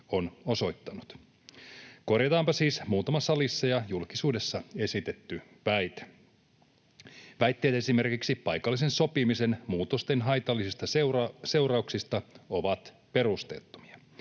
on osoittanut. Korjataanpa siis muutama salissa ja julkisuudessa esitetty väite. Väitteet esimerkiksi paikallisen sopimisen muutosten haitallisista seurauksista ovat perusteettomia.